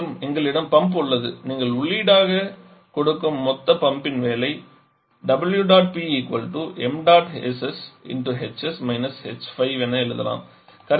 மேலும் எங்களிடம் பம்ப் உள்ளது நீங்கள் உள்ளீடாக கொடுக்கும் மொத்த பம்பின் வேலை என எழுலாம்